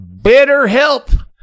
BetterHelp